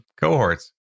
cohorts